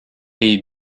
est